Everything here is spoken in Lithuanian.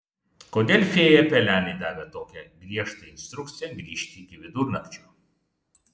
kodėl fėja pelenei davė tokią griežtą instrukciją grįžti iki vidurnakčio